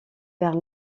vers